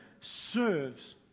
serves